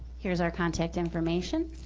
here's our contact information,